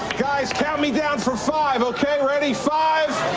guys, count me down from five, okay? ready? five.